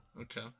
Okay